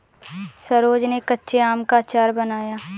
सरोज ने कच्चे आम का अचार बनाया